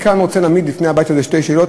ואני כאן רוצה להעמיד בפני הבית הזה שתי שאלות.